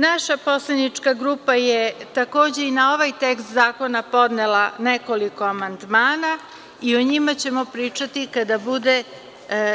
Naša poslanička grupa je takođe i na ovaj tekst zakona podnela nekoliko amandmana i o njima ćemo pričati kada bude